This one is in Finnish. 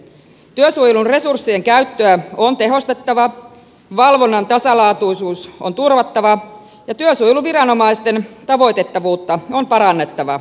työsuojelun resurssien käyttöä on tehostettava valvonnan tasalaatuisuus on turvattava ja työsuojeluviranomaisten tavoitettavuutta on parannettava